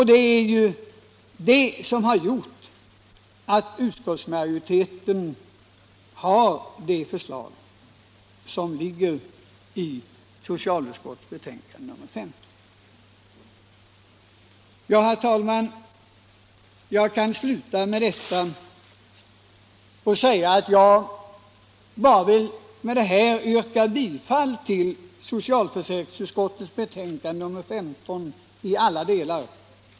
Det är ju detta som har gjort att utskottsmajoriteten stannat för den skrivning som återfinns i socialförsäkringsutskottets betänkande le Ja, herr talman, jag vill med det anförda yrka bifall till socialförsäkringsutskottets betänkande nr 15 i alla delar.